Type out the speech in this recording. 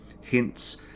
hints